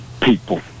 people